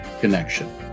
connection